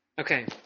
Okay